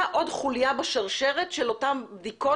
אתה עוד חוליה בשרשרת של אותן בדיקות,